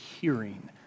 hearing